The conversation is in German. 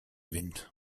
wind